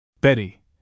Betty